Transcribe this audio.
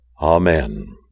Amen